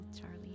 Charlie